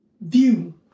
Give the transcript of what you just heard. view